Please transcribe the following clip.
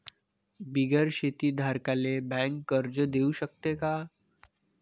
बिगर शेती धारकाले बँक कर्ज देऊ शकते का?